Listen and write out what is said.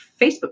Facebook